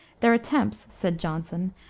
their attempts, said johnson,